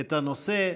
את הנושא.